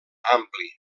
ampli